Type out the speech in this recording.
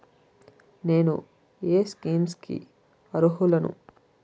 నేను ఏ స్కీమ్స్ కి అరుహులను?